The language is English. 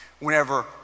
Whenever